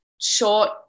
short